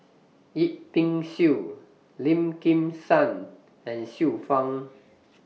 Yip Pin Xiu Lim Kim San and Xiu Fang